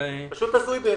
פשוט תעשו את זה,